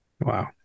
Wow